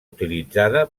utilitzada